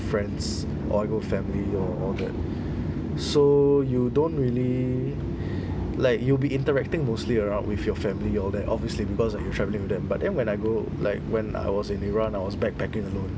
friends or I go with family or all that so you don't really like you will be interacting mostly around with your family all that obviously because that you traveling with them but then when I go like when I was in iran I was backpacking alone